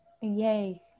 yay